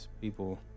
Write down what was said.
People